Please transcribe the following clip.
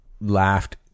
laughed